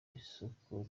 isoko